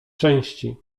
części